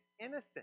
innocent